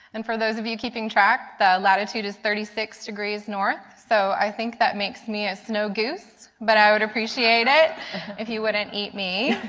and for those of you keeping track, the latitude is thirty six degrees north. so i think that makes me a snow goose. but i would appreciate it if you wouldn't eat me.